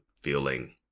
feeling